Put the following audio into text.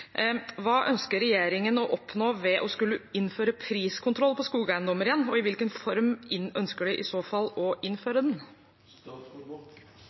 Hva ønsker regjeringen å oppnå ved å skulle innføre priskontroll på skogeiendommer igjen, og i hvilken form ønsker de i så fall å innføre